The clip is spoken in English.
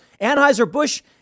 Anheuser-Busch